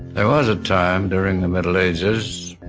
there was a time during the middle ages,